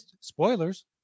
Spoilers